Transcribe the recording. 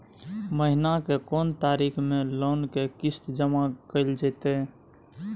महीना के कोन तारीख मे लोन के किस्त जमा कैल जेतै?